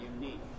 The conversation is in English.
unique